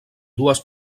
dues